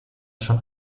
schon